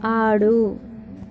ఆడు